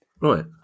Right